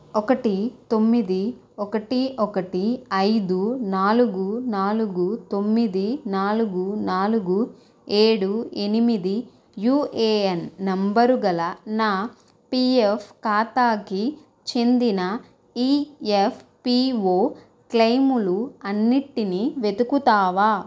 ఒకటి తొమ్మిది ఒకటి ఒకటి ఐదు నాలుగు నాలుగు తొమ్మిది నాలుగు నాలుగు ఏడు ఎనిమిది యుఏఎన్ నెంబరు గల నా పిఎఫ్ ఖాతాకి చెందిన ఈఎఫ్పిఓ క్లైములు అన్నింటిని వెతుకుతావా